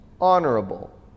honorable